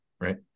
right